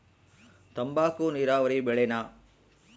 ತಂಬಾಕು ನೇರಾವರಿ ಬೆಳೆನಾ?